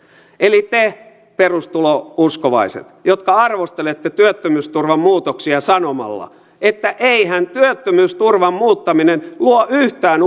eli te perustulouskovaiset jotka arvostelette työttömyysturvan muutoksia sanomalla että eihän työttömyysturvan muuttaminen luo yhtään